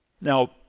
Now